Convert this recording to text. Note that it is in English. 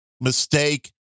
mistake